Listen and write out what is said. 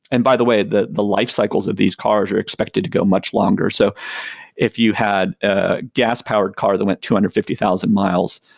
and by the way, the the life cycles of these cars are expected to go much longer. so if you had a gas powered car that went two hundred and fifty thousand miles,